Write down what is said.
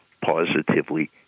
positively